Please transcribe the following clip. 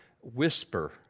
whisper